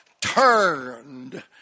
turned